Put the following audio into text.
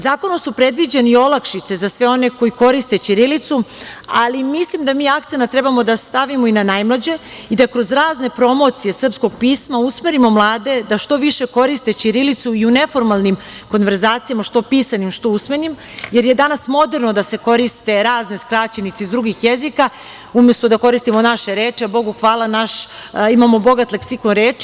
Zakonom su predviđene i olakšice za sve one koji koriste ćirilicu, ali mislim da mi akcenat trebamo da stavimo i na najmlađe i da kroz razne promocije srpskog pisma usmerimo mlade da što više koriste ćirilicu i u neformalnim konverzacijama, što pisanim, što usmenim, jer je danas moderno da se koriste razne skraćenice iz drugih jezika, umesto da koristimo naše reči, a Bogu hvala, imamo bogat leksikon reči.